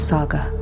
Saga